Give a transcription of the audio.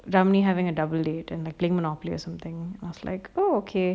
ramley having a double date and playing monopoly or something I'm like oh okay